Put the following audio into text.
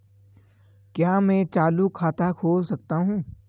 क्या मैं चालू खाता खोल सकता हूँ?